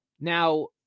Now